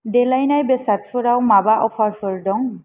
देलायनाय बेसादफोराव माबा अफारफोर दं